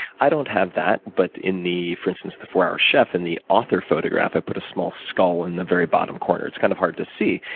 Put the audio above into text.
i don't have that, but in, for instance, the four hour chef, in the author photograph, ah put a small skull in the very bottom corner. it's kind of hard to see.